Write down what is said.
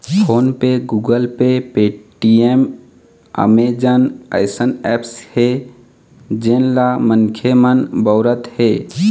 phone पे, Google Pay, Paytm, Amazon अइसन apps हे जेन ल मनखे मन बउरत हें